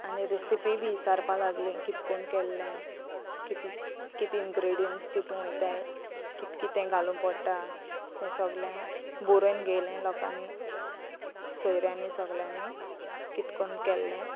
आनी रेसिपी बी विचारपा लागली कितकोण केल्ले कितें इनग्रिडियंट्स तितू वयताय कित कितें घालूंक पडटा तें सोगलें बरोवन घेतले लोकांनी सोयऱ्यांनी सोगल्यांनी कितकोण केल्लें